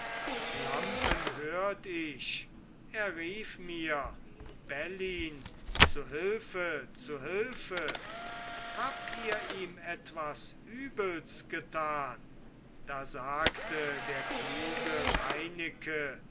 lampen hört ich er rief mir bellyn zu hilfe zu hilfe habt ihr im etwas übels getan da sagte der kluge reineke